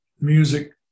music